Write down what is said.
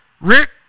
Rick